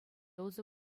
усӑ